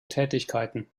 tätigkeiten